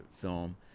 film